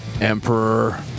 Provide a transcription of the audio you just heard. Emperor